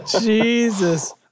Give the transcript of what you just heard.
Jesus